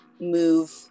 move